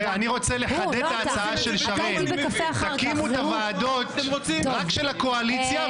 אני רוצה לחדד את ההצעה של שרן תקימו את הוועדות רק של הקואליציה,